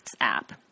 app